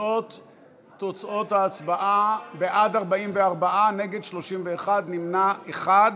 תוצאות ההצבעה: בעד, 44, נגד, 31, נמנע אחד.